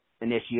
initiate